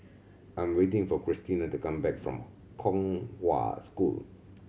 I am waiting for Christina to come back from Kong Hwa School